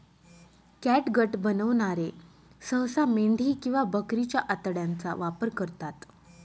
catgut बनवणारे सहसा मेंढी किंवा बकरीच्या आतड्यांचा वापर करतात